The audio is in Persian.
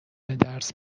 درس